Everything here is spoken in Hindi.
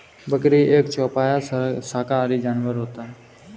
बकरी एक चौपाया शाकाहारी जानवर होता है